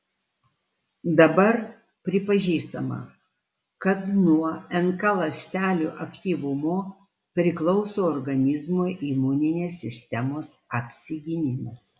dabar pripažįstama kad nuo nk ląstelių aktyvumo priklauso organizmo imuninės sistemos apsigynimas